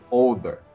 older